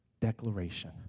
declaration